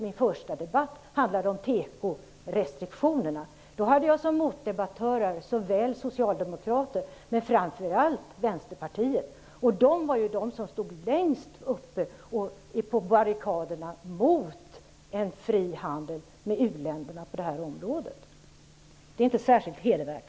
Min första debatt handlade om tekorestriktionerna. Mina motdebattörer var såväl socialdemokrater som framför allt vänsterpartister. Vänsterpartisterna var ju de som stod främst på barrikaderna mot en fri handel med uländerna på detta område. Det är inte särskilt hedervärt.